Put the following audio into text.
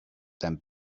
them